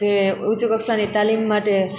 જે ઉચ્ચ કક્ષાની તાલીમ માટે